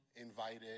invited